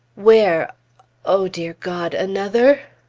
where o dear god! another?